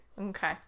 okay